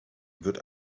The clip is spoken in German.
wird